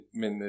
men